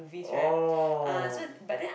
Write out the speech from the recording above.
oh